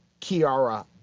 Kiara